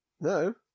No